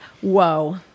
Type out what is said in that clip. Whoa